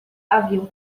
haviam